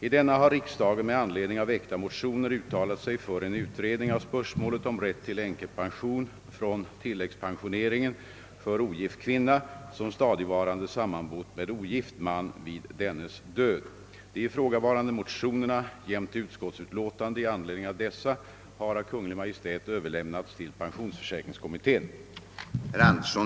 I denna har riksdagen med anledning av väckta motioner uttalat sig för en utredning av spörsmålet om rätt till änkepension från tilläggspensioneringen för ogift kvinna som stadigvarande sammanbott med ogift man vid dennes död. De ifrågavarande motionerna jämte utskottsutlåtandet i anledning av dessa har av Kungl. Maj:t överlämnats till pensionsförsäkringskommittén.